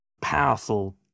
powerful